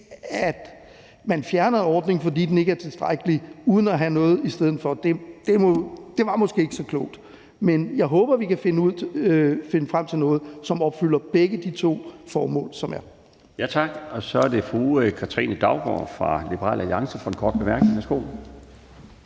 at man fjerner ordningen, fordi den ikke er tilstrækkelig, uden at have noget i stedet for, ikke var så klogt. Men jeg håber, at vi kan finde frem til noget, som opfylder begge formål. Kl.